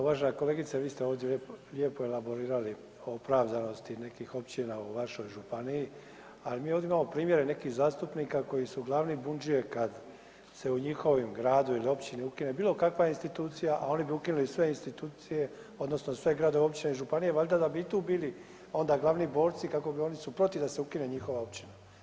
Uvažena kolegice vi ste ovdje lijepo elaborirali o opravdanosti nekih općina u vašoj županiji, ali mi ovdje imamo primjere nekih zastupnika koji su glavni budžije kad se o njihovom gradu ili općini ukine bilo kakva institucija, a oni bi ukinuli sve institucije odnosno sve općine i županije valjda da bi i tu bili onda glavni borci kako bi bili protiv da se ukine njihova općina.